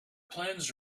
plans